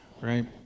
right